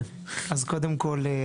אז קודם כל,